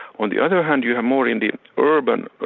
on the other hand you have more in the urban,